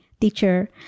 teacher